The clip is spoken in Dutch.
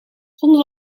zonder